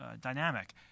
dynamic